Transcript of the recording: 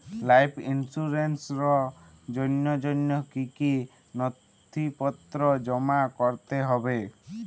Life ইন্সুরেন্সর জন্য জন্য কি কি নথিপত্র জমা করতে হবে?